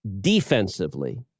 defensively